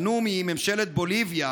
שמממשלת בוליביה,